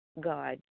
God